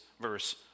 verse